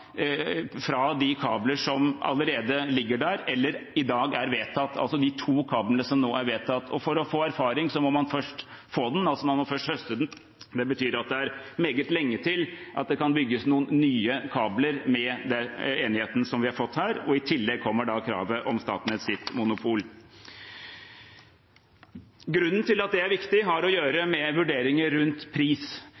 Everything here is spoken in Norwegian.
de kabler som allerede ligger der, eller i dag er vedtatt – altså de to kablene som nå er vedtatt. For å få erfaring må man først høste den, og det betyr at det er meget lenge til man kan bygge noen nye kabler med den enigheten vi har fått her. I tillegg kommer kravet om Statnetts monopol. Grunnen til at det er viktig, har å gjøre